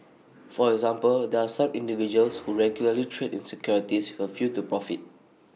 for example there are some individuals who regularly trade in securities with A view to profit